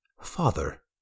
Father